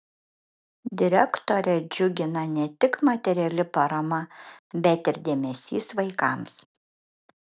direktorę džiugina ne tik materiali parama bet ir dėmesys vaikams